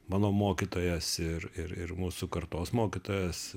mano mokytojas ir ir ir mūsų kartos mokytojas